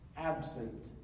absent